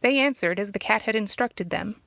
they answered, as the cat had instructed them